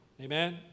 Amen